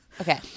Okay